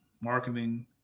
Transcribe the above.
marketing